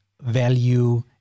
value